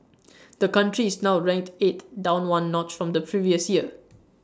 the country is now ranked eighth down one notch from the previous year